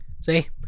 See